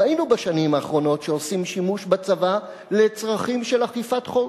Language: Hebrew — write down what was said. ראינו בשנים האחרונות שעושים שימוש בצבא לצרכים של אכיפת חוק.